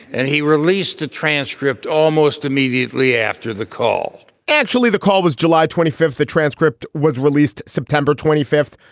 and he released the transcript almost immediately after the call actually, the call was july twenty fifth. the transcript was released september twenty fifth,